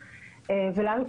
ולנו,